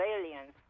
aliens